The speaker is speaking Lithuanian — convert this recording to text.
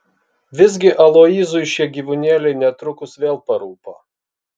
visgi aloyzui šie gyvūnėliai netrukus vėl parūpo